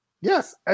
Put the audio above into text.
Yes